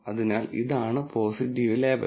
അതിനാൽ ഇതാണ് positive label